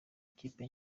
ikipe